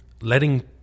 letting